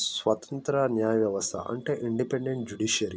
స్వతంత్ర న్యాయవ్యవస్థ అంటే ఇండిపెండెంట్ జ్యుడీషియరీ